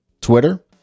Twitter